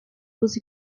was